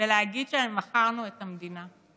ולהגיד שמכרנו את המדינה,